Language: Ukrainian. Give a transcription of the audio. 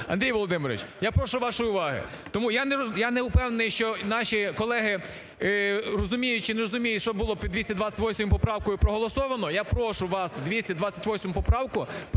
Андрій Володимирович, я прошу вашої увагу, тому я не впевнений, що наші колеги розуміють чи не розуміють, що було під 228 поправкою проголосовано. Я прошу вас 228 поправку